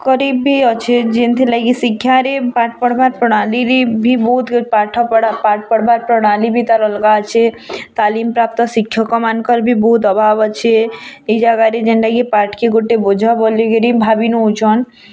କରିବି ଅଛି ଯେନ୍ତିଥିର୍ ଲାଗି ଶିକ୍ଷାରେ ପାଠ୍ ପଢ଼୍ବା ପ୍ରଣାଳୀ ବି ବହୁତ ପାଠ ପଢ଼ା ପାଠ୍ ପଢ଼୍ବା ପ୍ରଣାଳୀ ବି ତାର୍ ଅଲଗା ଅଛି ତାଲିମ୍ ପ୍ରାପ୍ତ ଶିକ୍ଷକମାନଙ୍କର ବି ବହୁତ୍ ଅଭାବ୍ ଅଛି ଏଇ ଜାଗାରେ ଯେନ୍ତା କି ପାଠ୍ କି ଗୋଟେ ବୋଝ ବୋଲିକିରି ଭାବି ନଉଛନ୍